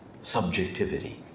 subjectivity